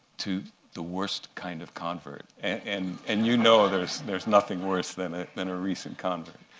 to the worst kind of convert. and and you know there's there's nothing worse than ah than a recent convert.